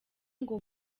ngo